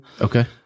Okay